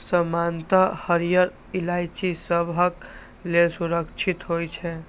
सामान्यतः हरियर इलायची सबहक लेल सुरक्षित होइ छै